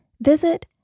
visit